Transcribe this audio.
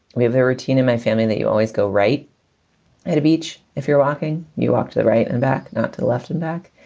we have a routine in my family that you always go right ahead of each. if you're walking, you walk to the right and back, not to the left and back.